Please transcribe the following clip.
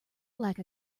lack